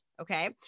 Okay